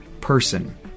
person